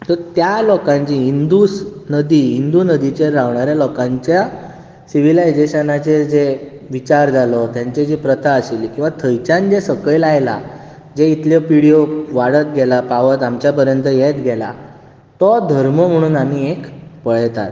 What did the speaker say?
त्या लोकांची इंदुस नदी इंदू नदीचेर राविलेल्या लोकांच्या सिवीलायजेशनाचे जे विचार जालो तांचे जे प्रथा आशिल्ली किंवा थंयच्यान जे सकयल आयला जे इतल्यो पिडयो वाडत गेला पावत आमच्या पर्यंत येत गेला तो धर्म म्हणून आमी एक पळेतात